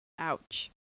Ouch